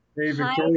Hi